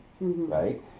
right